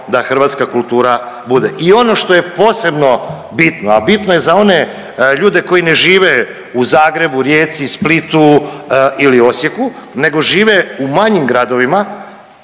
da hrvatska kultura bude. I ono što je posebno bitno, a bitno je za one ljude koji ne žive u Zagrebu, Rijeci, Splitu ili Osijeku nego žive u manjim gradovima,